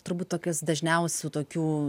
turbūt tokios dažniausių tokių